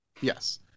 Yes